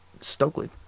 Stokely